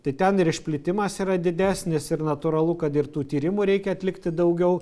tai ten ir išplitimas yra didesnis ir natūralu kad ir tų tyrimų reikia atlikti daugiau